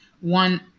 one